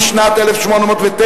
היא שנת 1809,